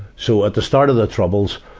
so, at the start of the troubles,